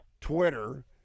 Twitter